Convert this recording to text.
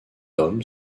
homme